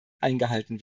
eingehalten